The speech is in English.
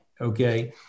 okay